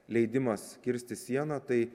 leidimas kirsti sieną tai